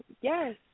Yes